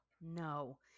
No